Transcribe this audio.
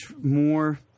more